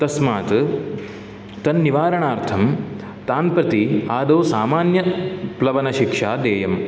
तस्मात् तन्निवारणार्थं तान् प्रति आदौ सामान्यप्लवनशिक्षा देयं